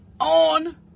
on